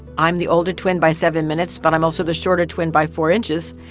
i'm the older twin by seven minutes, but i'm also the shorter twin by four inches.